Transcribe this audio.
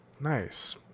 Nice